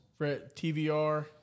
TVR